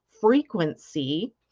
frequency